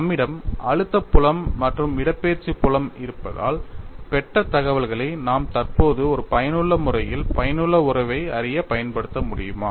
நம்மிடம் அழுத்தப் புலம் மற்றும் இடப்பெயர்ச்சி புலம் இருப்பதால் பெற்ற தகவல்களை நாம் தற்போது ஒரு பயனுள்ள முறையில் பயனுள்ள உறவை அறியப் பயன்படுத்த முடியுமா